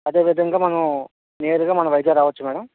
అదే విధంగా మనము నేరుగా మనం వైజాగ్ రావచ్చు మ్యాడమ్